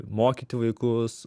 mokyti vaikus